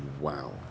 Wow